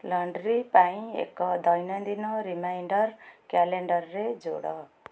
laundry ପାଇଁ ଏକ ଦୈନନ୍ଦିନ ରିମାଇଣ୍ଡର୍ କ୍ୟାଲେଣ୍ଡର୍ରେ ଯୋଡ଼